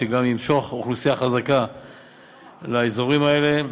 שגם ימשוך אוכלוסייה חזקה לאזורים האלה.